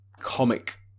comic